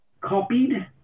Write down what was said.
copied